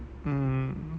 mm